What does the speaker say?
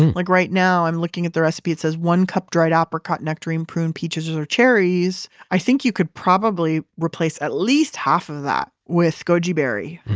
like right now i'm looking at the recipe and it says one cup dried apricot, nectarine, prune peaches, or cherries. i think you could probably replace at least half of that with goji berry.